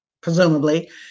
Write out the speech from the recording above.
presumably